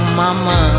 mama